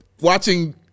watching